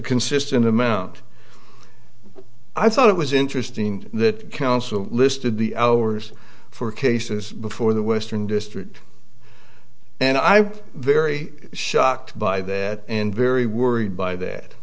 consistent amount i thought it was interesting that counsel listed the hours for cases before the western district and i'm very shocked by that and very worried by that